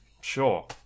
Sure